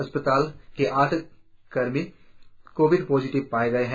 अस्पताल के आठ कर्मचारी कोविड पॉजिटीव पाए गए है